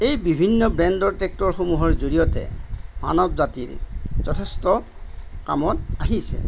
এই বিভিন্ন ব্ৰেণ্ডৰ ট্ৰেক্টৰসমূহৰ জৰিয়তে মানৱ জাতিৰ যথেষ্ট কামত আহিছে